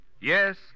Yes